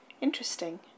interesting